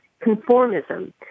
conformism